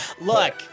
look